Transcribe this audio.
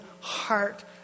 heart